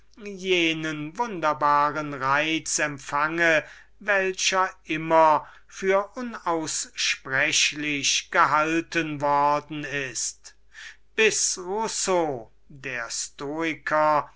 jenen wunderbaren reiz erhalte welcher immer für unaussprechlich gehalten worden ist bis rousseau der stoiker